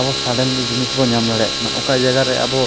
ᱟᱵᱚ ᱥᱟᱰᱮᱱᱞᱤ ᱡᱤᱱᱤᱥ ᱵᱚ ᱧᱟᱢ ᱫᱟᱲᱮᱭᱟᱜ ᱠᱟᱱᱟ ᱚᱠᱟ ᱡᱟᱭᱜᱟᱨᱮ ᱟᱵᱚ